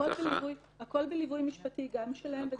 הכול בליווי משפטי גם שלהם וגם שלנו.